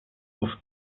oft